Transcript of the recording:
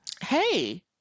hey